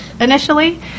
initially